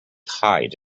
hide